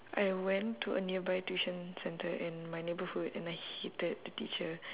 I went to a nearby tuition centre in my neighbourhood and I hated the teacher